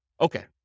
Okay